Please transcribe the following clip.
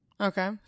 okay